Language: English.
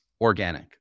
organic